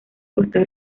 costa